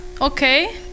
okay